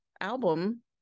album